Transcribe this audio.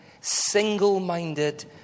single-minded